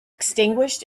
extinguished